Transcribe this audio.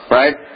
right